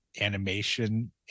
animation